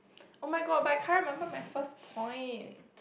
oh-my-god but I can't remember my first point